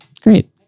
Great